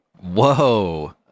Whoa